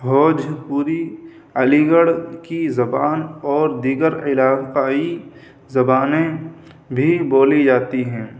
Bhojpuri Aligarh کی زبان اور دیگر علاقائی زبانیں بھی بولی جاتی ہیں